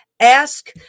ask